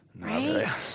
Right